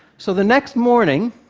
so the next morning,